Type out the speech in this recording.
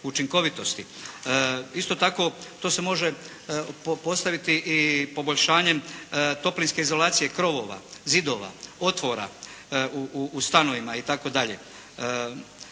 Isto tako to se može postaviti i poboljšanjem toplinske izolacije krovova, zidova, otvora u stanovima itd.